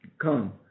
come